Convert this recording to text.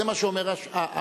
זה מה שאומר השר.